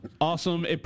awesome